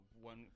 One